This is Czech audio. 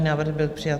Návrh byl přijat.